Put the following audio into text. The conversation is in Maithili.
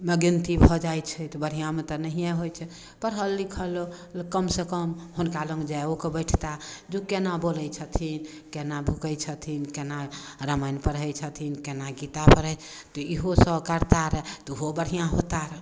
मे गिनती भऽ जाइ छै तऽ बढ़िआँमे तऽ नहिये होइ छै पढ़ल लिखल लो लोक कम सँ कम हुनका लङ्ग जाओ कऽ बैठता जे केना बोलै छथिन केना भुकै छथिन केना रामायण पढ़ै छथिन केना गीता पढ़ै तऽ इहो सभ करतारऽ तऽ ओहो बढ़िआँ होतारऽ